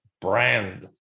brand